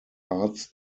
arts